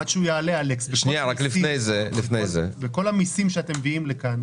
עד שהוא יעלה: בכל המיסים שאתם מביאים לכאן,